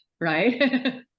right